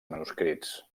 manuscrits